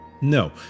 no